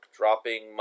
dropping